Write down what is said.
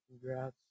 Congrats